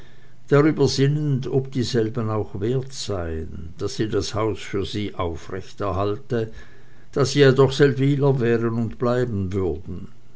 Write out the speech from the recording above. darüber sinnend ob dieselben auch wert seien daß sie das haus für sie aufrechthalte da sie ja doch seldwyler wären und bleiben würden